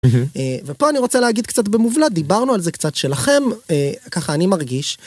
ופה אני רוצה להגיד קצת במובלט דיברנו על זה קצת שלכם ככה אני מרגיש.